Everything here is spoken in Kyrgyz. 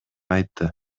айтты